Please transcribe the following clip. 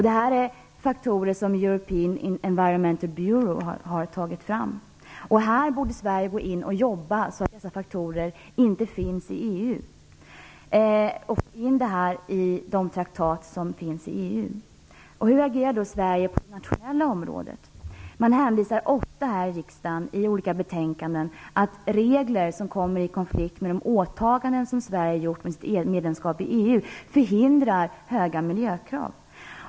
Dessa faktorer har European Environmental Bureau tagit fram. Här borde Sverige gå in och jobba för att dessa faktorer inte skall finnas i EU. Det gäller att få in det här i traktat som finns i EU. Hur agerar då Sverige på det nationella området? Man hänvisar här i riksdagen i olika betänkanden ofta till att regler som kommer i konflikt med de åtaganden som Sverige gjort genom sitt medlemskap i EU förhindrar höga miljökrav.